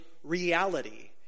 reality